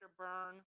afterburn